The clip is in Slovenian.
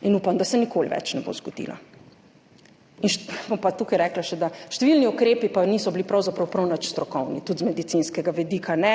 in upam, da se nikoli več ne bo zgodila. Bom pa tukaj rekla še, da številni ukrepi pa pravzaprav niso bili prav nič strokovni, tudi z medicinskega vidika ne,